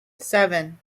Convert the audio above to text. seven